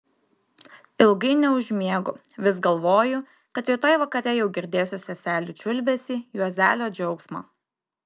ilgai neužmiegu vis galvoju kad rytoj vakare jau girdėsiu seselių čiulbesį juozelio džiaugsmą